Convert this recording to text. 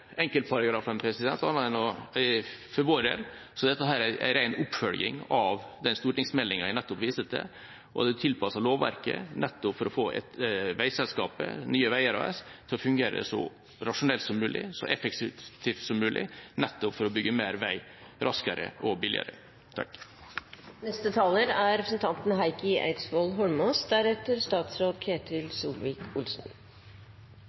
for vår del er dette en ren oppfølging av den stortingsmeldinga jeg nettopp viste til, og det er tilpasset lovverket nettopp for å få veiselskapet Nye Veier AS til å fungere så rasjonelt og effektivt som mulig, nettopp for å bygge mer vei raskere og billigere. La meg begynne med å si at et tilsyn er